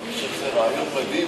אני חושב שזה רעיון מדהים,